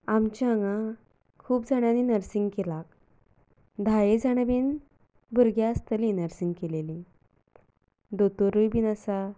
आमच्या हांगा खूब जाणांनी नरसिंग केलां धायेक जाणा बी भुरगीं आसतली नर्सिंग केल्लीं दोतोरूय बी आसा